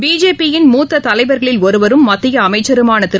பிஜேபியின் மூத்தலைவர்களில் ஒருவரும் மத்தியஅமைச்சருமானதிரு